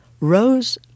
Rose